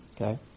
Okay